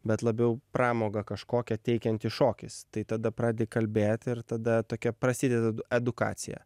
bet labiau pramogą kažkokią teikiantis šokis tai tada pradi kalbėt ir tada tokia prasideda edukacija